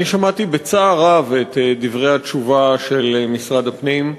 אני שמעתי בצער רב את דברי התשובה של משרד הפנים.